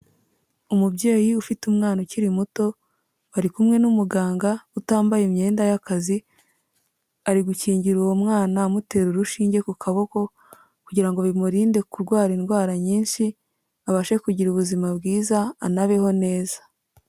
Umubyeyi ufite umwana ukiri muto, ari kumwe n'umuganga utambaye imyenda y'akazi, ari gukingira uwo mwana amutera urushinge ku kaboko, kugira ngo bimurinde kurwara indwara nyinshi, abashe kugira ubuzima bwiza, anabeho neza.